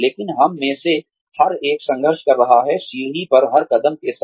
लेकिन हम में से हर एक संघर्ष कर रहा है सीढ़ी पर हर कदम के साथ